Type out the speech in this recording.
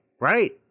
Right